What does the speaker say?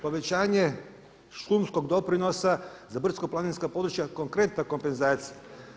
Povećanje šumskog doprinosa za brdsko-planinska područja konkretna kompenzacija.